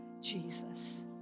Jesus